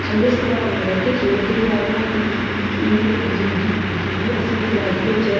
ਠੰਡੇ ਸੁਭਾਅ ਨਾਲ ਰਹਿ ਕੇ ਖੇਡਦੇ ਆ ਉਹਨਾਂ ਆਪਣੀ ਇੰਨੀ ਵੱਡੀ ਜ਼ਿੰਦਗੀ ਜੀ ਹੈ ਇਸੀ ਵੀ ਲਾਈਫ ਵਿਚ